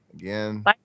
Again